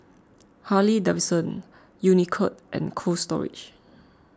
Harley Davidson Unicurd and Cold Storage